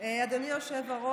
תודה רבה, אדוני היושב-ראש.